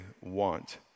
want